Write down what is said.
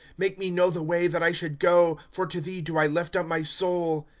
make me know the way that i should go, for to thee do i lift up my soul.